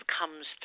comes